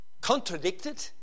contradicted